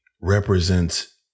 represents